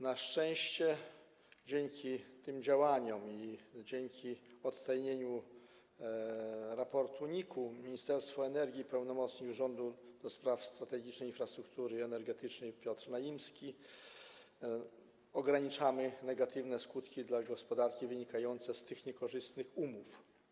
Na szczęście dzięki tym działaniom i dzięki odtajnieniu raportu NIK-u Ministerstwo Energii i pełnomocnik rządu do spraw strategicznej infrastruktury energetycznej Piotr Naimski ograniczają negatywne skutki dla gospodarki wynikające z tych niekorzystnych umów.